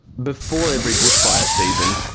before every bushfire season,